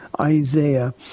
Isaiah